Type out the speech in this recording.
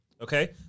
Okay